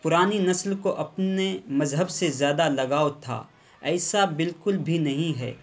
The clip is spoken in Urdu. پرانی نسل کو اپنے مذہب سے زیادہ لگاؤ تھا ایسا بالکل بھی نہیں ہے